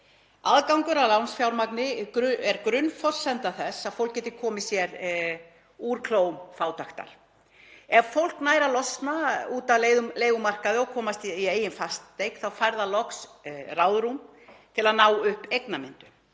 Aðgangur að lánsfjármagni er grunnforsenda þess að fólk geti komið sér úr klóm fátæktar. Ef fólk nær að losna út af leigumarkaði og komast í eigin fasteign fær það loks ráðrúm til að ná upp eignamyndun.